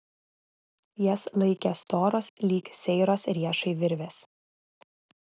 jas laikė storos lyg seiros riešai virvės